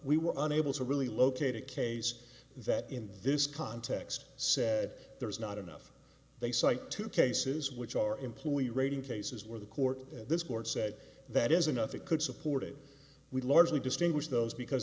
we were unable to really locate a case that in this context said there's not enough they cite two cases which are employee rating cases where the court in this court said that is enough it could support a we largely distinguish those because